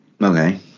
Okay